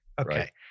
Okay